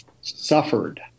suffered